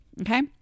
Okay